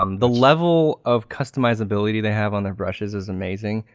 um the level of customizability they have on their brushes is amazing.